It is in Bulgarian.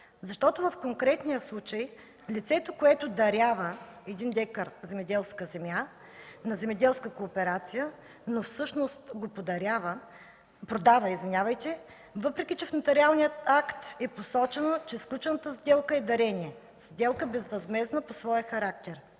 защото в конкретния случай лицето, което дарява 1 дка земеделска земя на земеделска кооперация, всъщност го продава, въпреки че в нотариалния акт е посочено, че сключената сделка е дарение – сделка, безвъзмездна по своя характер.